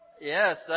Yes